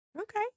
Okay